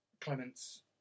Clements